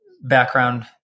background